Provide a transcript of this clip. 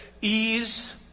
ease